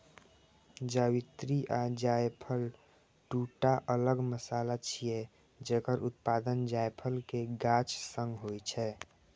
जावित्री आ जायफल, दूटा अलग मसाला छियै, जकर उत्पादन जायफल के गाछ सं होइ छै